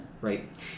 Right